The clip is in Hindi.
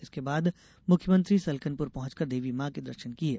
इसके बाद मुख्यमंत्री सलकनपुर पहुंचकर देवी मॉ के दर्शन किये